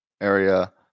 area